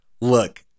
look